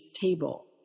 table